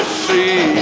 see